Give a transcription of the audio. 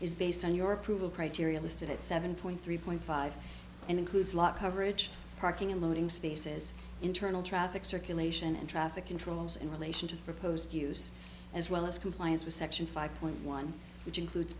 is based on your approval criteria listed at seven point three point five and includes a lot coverage parking and loading spaces internal traffic circulation and traffic controls in relation to proposed use as well as compliance with section five point one which includes